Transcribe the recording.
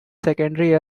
secondary